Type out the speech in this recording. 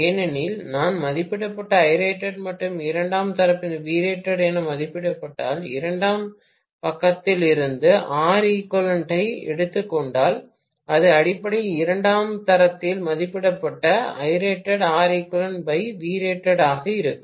ஏனென்றால் நான் மதிப்பிடப்பட்ட Irated மற்றும் இரண்டாம் தரப்பிலிருந்து Vrated என மதிப்பிட்டால் இரண்டாம் பக்கத்திலிருந்து Req ஐ எடுத்துக் கொண்டால் அது அடிப்படையில் இரண்டாம் தரத்தில் மதிப்பிடப்பட்ட Irated Req Vrated ஆக இருக்கும்